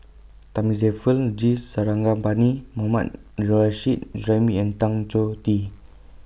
Thamizhavel G Sarangapani Mohammad Nurrasyid Juraimi and Tan Choh Tee